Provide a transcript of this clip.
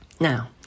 Now